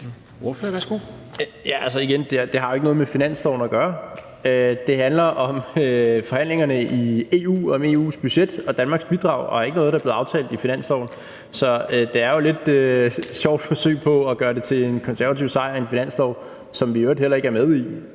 Det har jo ikke noget med finansloven at gøre. Det handler om forhandlingerne i EU om EU's budget, og Danmarks bidrag er ikke noget, der er blevet aftalt i finansloven. Så det er jo et lidt sjovt forsøg på at gøre det til en konservativ sejr i en finanslov, som vi i øvrigt heller ikke er med i,